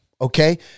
Okay